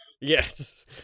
Yes